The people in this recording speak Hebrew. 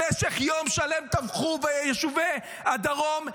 במשך יום שלם טבחו ביישובי הדרום,